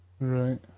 Right